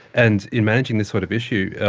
and in managing this sort of issue,